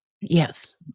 Yes